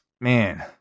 Man